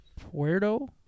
Puerto